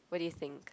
what do you think